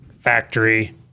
factory